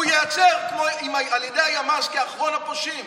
הוא ייעצר על ידי הימ"ס כאחרון הפושעים.